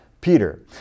Peter